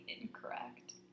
incorrect